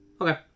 Okay